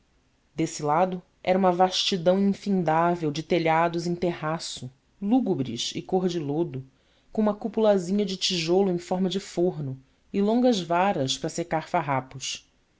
desse lado era uma vastidão infindável de telhados em terraço lúgubres e cor de lodo com uma cupulazinha de tijolo em forma de forno e longas varas para secar farrapos